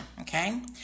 okay